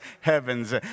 heavens